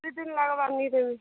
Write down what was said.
ଦୁଇ ଦିନ୍ ଲାଗ୍ବାର୍ ନେଇ ଦେବିଁ